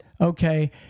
okay